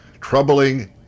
troubling